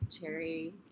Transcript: cherry